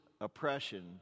oppression